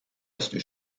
erste